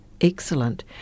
Excellent